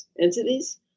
entities